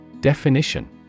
Definition